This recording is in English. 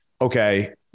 okay